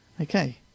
Okay